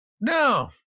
No